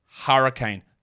hurricane